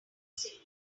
signal